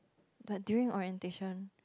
but during orientation